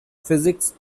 physics